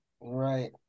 Right